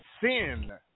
Sin